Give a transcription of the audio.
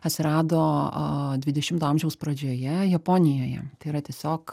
atsirado dvidešimto amžiaus pradžioje japonijoje tai yra tiesiog